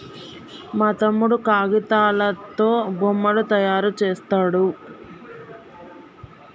మా తమ్ముడు కాగితాలతో బొమ్మలు తయారు చేస్తాడు